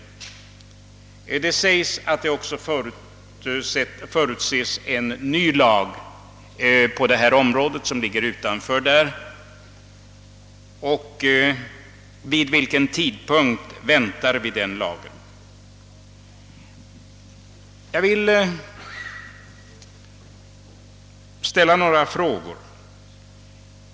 Statsrådet säger att en ny lag förutses på hithörande områden. Vid vilken tidpunkt kan vi vänta denna lag? Jag vill ställa ytterligare några frågor.